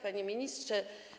Panie Ministrze!